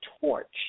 torch